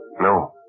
No